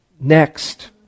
Next